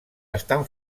estan